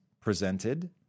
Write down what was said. presented